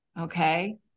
okay